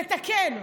לתקן.